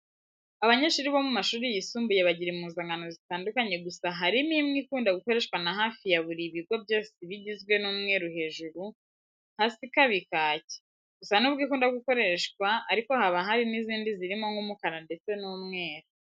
Abanyeshuri bo mu mashuri yisumbuye bagira impuzankano zitandukanye gusa harimo imwe ikunda gukoreshwa na hafi ya buri bigo byose iba igizwe n'umweru hejuru, hasa ikaba kaki. Gusa nubwo ikunda gukoreshwa ariko haba hari n'izindi zirimo nk'umukara ndetse n'umweru.